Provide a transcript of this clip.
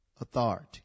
authority